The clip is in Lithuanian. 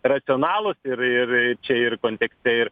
racionalūs ir ir čia ir kontekste ir